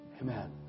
amen